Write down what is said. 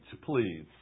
please